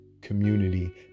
community